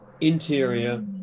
interior